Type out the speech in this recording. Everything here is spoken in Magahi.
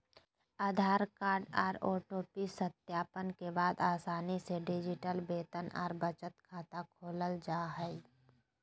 आधार कार्ड आर ओ.टी.पी सत्यापन के बाद आसानी से डिजिटल वेतन आर बचत खाता खोलल जा हय